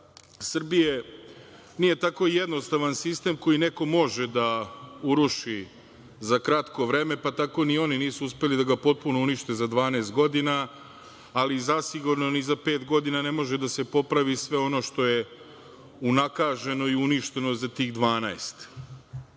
Srbije“, nije tako jednostavan sistem koji neko može da uruši za kratko vreme, pa tako ni oni nisu uspeli da ga potpuno unište za 12 godina, ali zasigurno ni za pet godina ne može da se popravi sve ono što je unakaženo i uništeno za tih